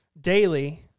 daily